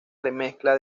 remezcla